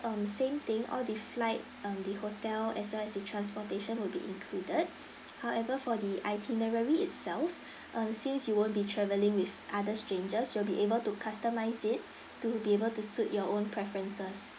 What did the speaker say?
um same thing all the flight um the hotel as well as the transportation will be included however for the itinerary itself um since you won't be traveling with other strangers you will be able to customize it to be able to suit your own preferences